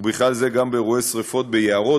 ובכלל זה באירועי שרפות ביערות,